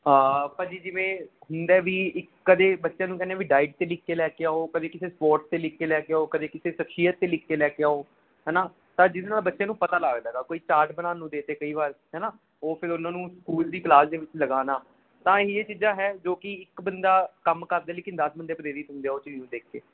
ਹਾਂ ਭਾਅ ਜੀ ਜਿਵੇਂ ਹੁੰਦਾ ਵੀ ਇ ਕਦੇ ਬੱਚਿਆਂ ਨੂੰ ਕਹਿੰਦੇ ਵੀ ਡਾਇਟ 'ਤੇ ਲਿਖ ਕੇ ਲੈ ਕੇ ਆਓ ਕਦੇ ਕਿਸੇ ਸਪੋਰਟ 'ਤੇ ਲਿਖ ਕੇ ਲੈ ਕੇ ਆਓ ਕਦੇ ਕਿਸੇ ਸ਼ਖਸੀਅਤ 'ਤੇ ਲਿਖ ਕੇ ਲੈ ਕੇ ਆਓ ਹੈ ਨਾ ਤਾਂ ਜਿਹਦੇ ਨਾਲ ਬੱਚੇ ਨੂੰ ਪਤਾ ਲੱਗਦਾ ਹੈਗਾ ਕੋਈ ਚਾਰਟ ਬਣਾਉਣ ਨੂੰ ਦੇ ਤੇ ਕਈ ਵਾਰ ਹੈ ਨਾ ਉਹ ਫਿਰ ਉਹਨਾਂ ਨੂੰ ਸਕੂਲ ਦੀ ਕਲਾਸ ਦੇ ਵਿੱਚ ਲਗਾਉਣਾ ਤਾਂ ਇਹੀਆਂ ਚੀਜ਼ਾਂ ਹੈ ਜੋ ਕਿ ਇੱਕ ਬੰਦਾ ਕੰਮ ਕਰਦਾ ਲੇਕਿਨ ਦਸ ਬੰਦੇ ਪ੍ਰੇਰਿਤ ਹੁੰਦੇ ਆ ਉਹ ਚੀਜ਼ ਨੂੰ ਦੇਖ ਕੇ